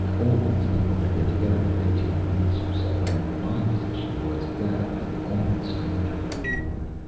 all these people had been together for eighteen months or so, and my position was that of the only stranger on board.